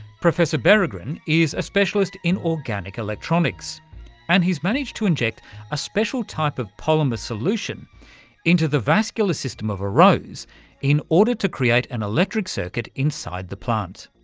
professor berggren is a specialist in organic electronics and he's managed to inject a special type of polymer solution into the vascular system of a rose in order to create an electric circuit inside the plant.